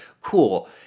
cool